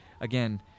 again